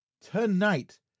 Tonight